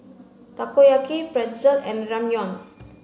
Takoyaki Pretzel and Ramyeon